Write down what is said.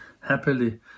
happily